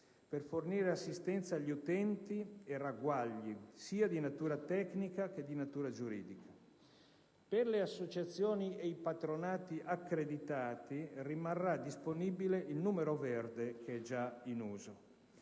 per fornire assistenza agli utenti e ragguagli sia di natura tecnica che di natura giuridica. Per le associazioni ed i patronati accreditati rimarrà disponibile il numero verde già in uso.